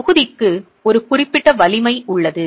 தொகுதிக்கு ஒரு குறிப்பிட்ட வலிமை உள்ளது